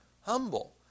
humble